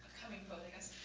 coming poetess